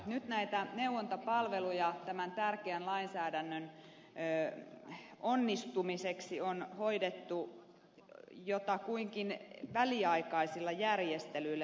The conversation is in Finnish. nyt näitä neuvontapalveluja tämän tärkeän lainsäädännön onnistumiseksi on hoidettu jotakuinkin väliaikaisilla järjestelyillä